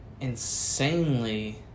insanely